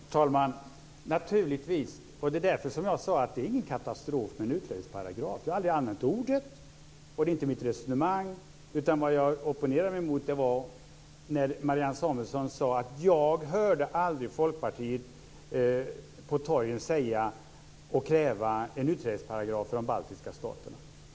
Fru talman! Naturligtvis, och det var därför som jag sade att det inte är någon katastrof med en utträdesparagraf. Jag har aldrig använt ordet och det är inte mitt resonemang. Vad jag opponerade mig emot var att Marianne Samuelsson sade att hon aldrig hörde Folkpartiet på torgen kräva en utträdesparagraf för de baltiska staterna.